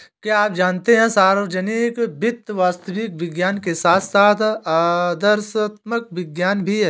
क्या आप जानते है सार्वजनिक वित्त वास्तविक विज्ञान के साथ साथ आदर्शात्मक विज्ञान भी है?